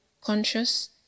conscious